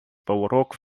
порог